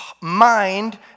mind